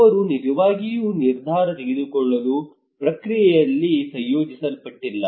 ಅವರು ನಿಜವಾಗಿಯೂ ನಿರ್ಧಾರ ತೆಗೆದುಕೊಳ್ಳುವ ಪ್ರಕ್ರಿಯೆಯಲ್ಲಿ ಸಂಯೋಜಿಸಲ್ಪಟ್ಟಿಲ್ಲ